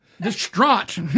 distraught